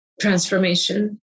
transformation